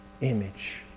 image